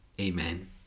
Amen